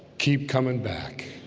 keep coming back